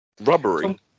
rubbery